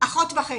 אחות וחצי,